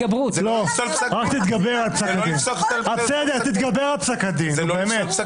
אז תתגבר על פסק הדין.